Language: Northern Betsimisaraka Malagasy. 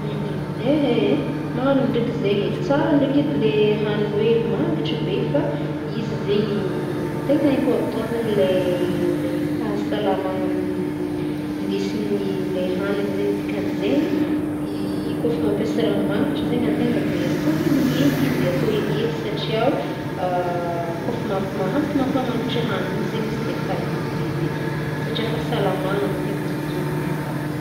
Marigny ndreky zegny eh! Tsara ndreiky edy leh hanigny hoe mangitry be fa izy zegny, tegna important zegny leh- le fahasalamana hindesin'ile hanigny zeign dikan'zegny, kaofa mampiasa raha magnitry zeigny antegna de atao helihely izy atao helihely satria o, kôf mam- mahampy mampamangitra hagnigny zegny izy defa izy edy e! Satria fahasalamagna no tegna tsinjovigna agnatiny.